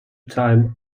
time